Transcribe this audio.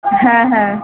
হ্যাঁ হ্যাঁ